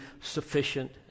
sufficient